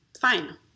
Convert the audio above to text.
Fine